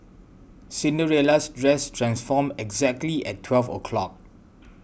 Cinderella's dress transformed exactly at twelve o'clock